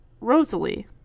Rosalie